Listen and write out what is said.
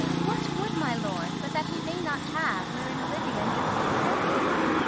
what would my lord, but that he may not have, wherein olivia may seem serviceable?